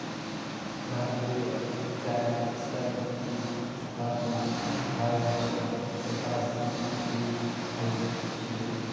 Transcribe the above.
भारतीय चाय संघ की स्थापना अठारह सौ एकासी ईसवीत हल छिले